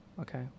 okay